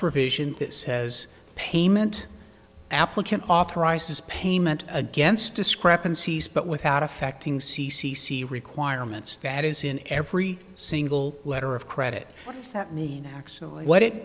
provision that says payment applicant authorizes payment against discrepancies but without affecting c c c requirements that is in every single letter of credit that mean actually what it